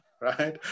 right